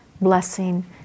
blessing